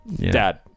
Dad